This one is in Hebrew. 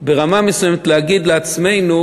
ברמה מסוימת להגיד לעצמנו: